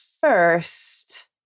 first